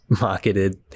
marketed